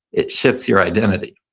it shifts your identity